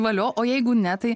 valio o jeigu ne tai